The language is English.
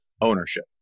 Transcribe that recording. ownership